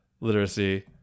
literacy